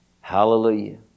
Hallelujah